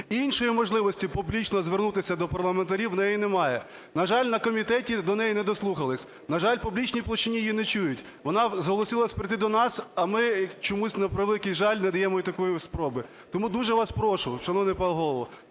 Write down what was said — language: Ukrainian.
Іншої можливості публічно звернутися до парламентарів в неї немає. На жаль, на комітеті до неї не дослухались, на жаль, в публічній площині її не чують. Вона зголосилась прийти до нас, а ми чомусь, на превеликий жаль, не даємо їй такої спроби. Тому дуже вас прошу, шановний пане